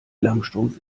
langstrumpf